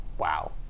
Wow